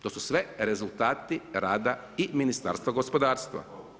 To su sve rezultati rada i Ministarstva gospodarstva.